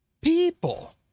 people